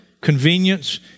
convenience